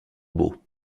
beau